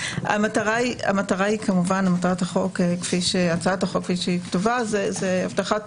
מטרת החוק כמובן, כפי שהצעת החוק כתובה, זה הבטחת